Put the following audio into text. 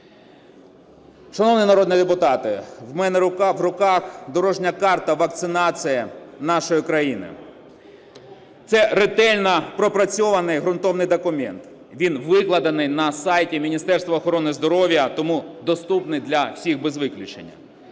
Шановні народні депутати, в мене в руках дорожня карта вакцинації нашої країни. Це ретельно пропрацьований ґрунтовний документ, він викладений на сайті Міністерства охорони здоров'я, тому доступний для всіх без виключення.